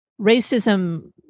racism